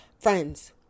friends